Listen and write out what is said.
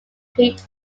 heat